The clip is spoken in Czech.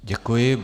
Děkuji.